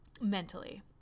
mentally